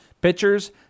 Pitchers